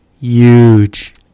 huge